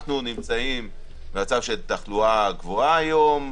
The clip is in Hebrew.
אנחנו נמצאים במצב של תחלואה גבוהה היום,